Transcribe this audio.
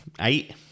Eight